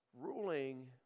Ruling